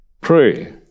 Pray